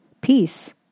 Peace